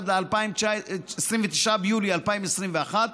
עד ל-29 ביולי 2021,